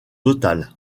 total